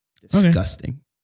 Disgusting